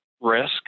risk